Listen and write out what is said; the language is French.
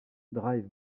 drive